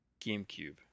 GameCube